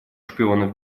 шпионов